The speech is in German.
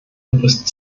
gerüstet